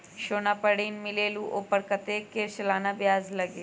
सोना पर ऋण मिलेलु ओपर कतेक के सालाना ब्याज लगे?